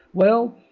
well,